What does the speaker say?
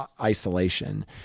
isolation